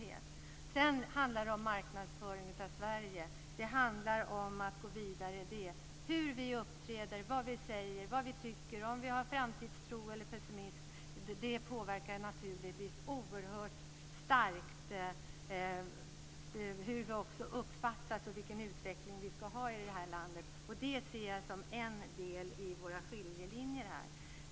Sedan handlar det om marknadsföring av Sverige. Det handlar om att gå vidare i det. Det handlar om hur vi uppträder, vad vi säger, vad vi tycker, om vi har framtidstro eller är pessimister. Det påverkar naturligtvis oerhört starkt hur vi också uppfattas och vilken utveckling vi ska ha i det här landet. Det ser jag som en del i våra skiljelinjer.